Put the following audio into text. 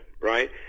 right